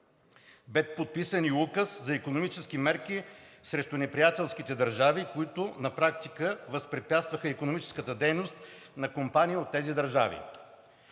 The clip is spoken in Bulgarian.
Бе подписан и Указ за икономически мерки срещу неприятелските държави, които на практика възпрепятстваха икономическата дейност на компании от тези държави.